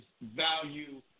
value